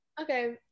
Okay